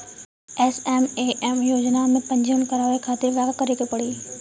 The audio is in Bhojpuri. एस.एम.ए.एम योजना में पंजीकरण करावे खातिर का का करे के पड़ी?